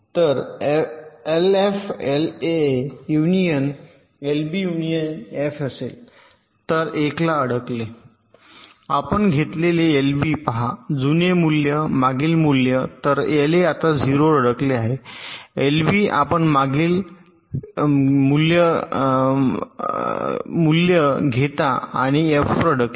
तर LF LA union LB union F असेल तर 1 ला अडकले आपण घेतलेले एलबी पहा जुने मूल्य मागील मूल्य तर एलए आता 0 वर अडकले आहे एलबी आपण मागील घेता मूल्य आणि एफ 1 वर अडकले